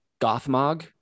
Gothmog